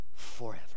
forever